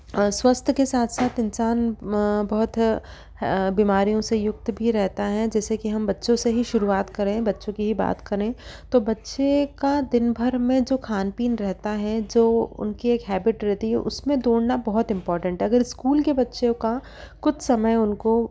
स्वस्थ के साथ साथ इन्सान बहोत बीमारियों से युक्त भी रहता है जैसे कि हम बच्चों से ही शुरुआत करें बच्चों की ही बात करें तो बच्चे का दिन भर में जो खान पीन रहता है जो उनकी एक हैबिट रहती है उसमें दौड़ना बहुत इम्पोर्टेन्ट है अगर स्कूल के बच्चों का कुछ समय उनको